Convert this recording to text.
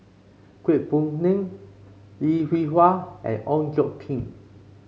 Kwek Hong Png Lim Hwee Hua and Ong Tjoe Kim